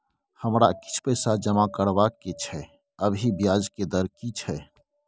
हमरा किछ पैसा जमा करबा के छै, अभी ब्याज के दर की छै?